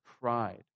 pride